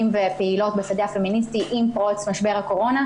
ופעילות בשדה הפמיניסטי עם פרוץ משבר הקורונה,